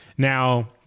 Now